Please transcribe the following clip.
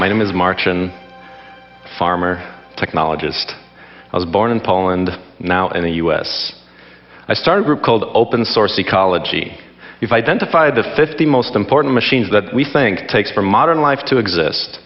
my name is martian farmer technologist i was born in poland now in the u s i started group called open source ecology you've identified the fifty most important machines that we think takes from modern life to exist